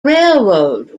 railroad